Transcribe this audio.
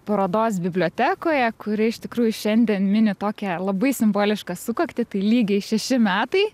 parodos bibliotekoje kuri iš tikrųjų šiandien mini tokią labai simbolišką sukaktį tai lygiai šeši metai